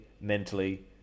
mentally